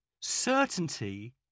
Certainty